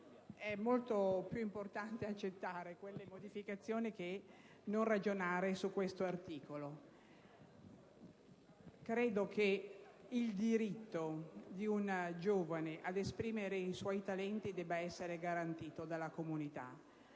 è molto più importante accettare quelle modificazioni che non ragionare su questo articolo. Credo che il diritto di un giovane ad esprimere il suo talento debba essere garantito dalla comunità,